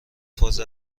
فاز